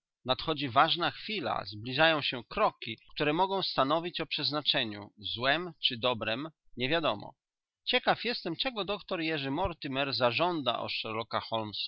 nadchodzi ważna chwila zbliżają się kroki które mogą stanowić o przeznaczeniu złem czy dobrem niewiadomo ciekaw jestem czego doktor jerzy mortimer zażąda od sherlocka holmes